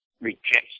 reject